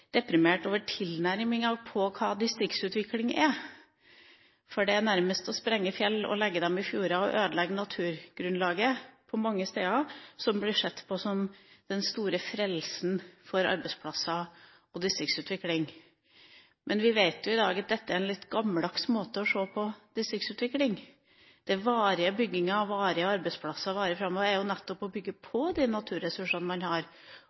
deprimert over tilnærminga og når det gjelder hva distriktsutvikling er, for det er nærmest det å sprenge fjell, legge dem i fjorder og ødelegge naturgrunnlaget mange steder som blir sett på som den store frelsen for arbeidsplasser og distriktsutvikling. Men vi vet i dag at dette er en litt gammeldags måte å se på distriktsutvikling på. Varig bygging og varige arbeidsplasser – det varige framover – dreier seg nettopp om å bygge på de naturressursene man har,